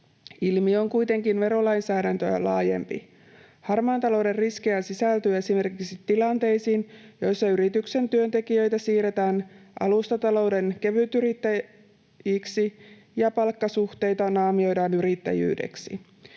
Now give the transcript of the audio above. Ilmiö on kuitenkin verolainsäädäntöä laajempi. Harmaan talouden riskejä sisältyy esimerkiksi tilanteisiin, joissa yrityksen työntekijöitä siirretään alustatalouden kevytyrittäjiksi ja palkkasuhteita naamioidaan yrittäjyydeksi.